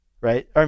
right